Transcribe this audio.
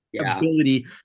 ability